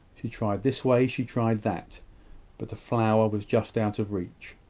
she tried this way she tried that but the flower was just out of reach.